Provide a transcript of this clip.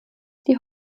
die